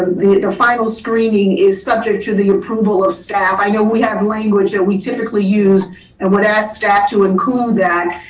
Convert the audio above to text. the the final screening is subject to the approval of staff. i know we have language that we typically use and would ask staff to include that.